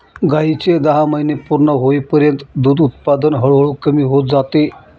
गायीचे दहा महिने पूर्ण होईपर्यंत दूध उत्पादन हळूहळू कमी होत जाते